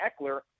Eckler